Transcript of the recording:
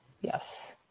Yes